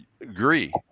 agree